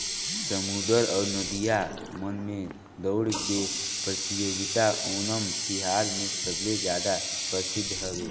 समुद्दर अउ नदिया मन में दउड़ के परतियोगिता ओनम तिहार मे सबले जादा परसिद्ध हवे